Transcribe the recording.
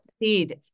Indeed